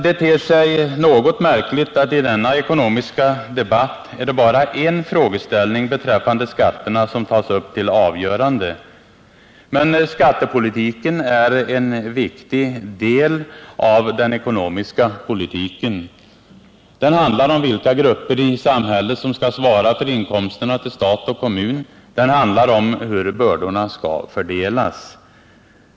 Det ter sig något märkligt att det i denna ekonomiska debatt bara är en frågeställning beträffande skatterna som tas upp till avgörande. Men skattepolitiken är en viktig del av den ekonomiska politiken. Den handlar om vilka grupper i samhället som skall svara för inkomsterna till stat och kommun. Den handlar om hur bördorna skall fördelas.